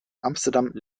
amsterdam